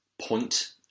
point